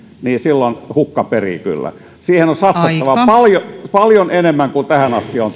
niin silloin hukka perii kyllä siihen on satsattava paljon enemmän kuin tähän asti on